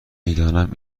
میدانم